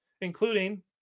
including